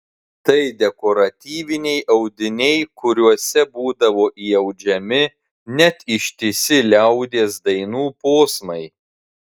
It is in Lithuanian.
tai dekoratyviniai audiniai kuriuose būdavo įaudžiami net ištisi liaudies dainų posmai